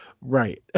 right